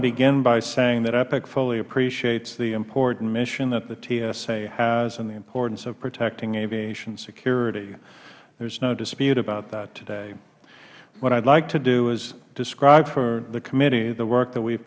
to begin by saying that epic fully appreciates the important mission that the tsa has and the importance of protecting aviation security there is no dispute about that today what i would like to do is describe for the committee the work that we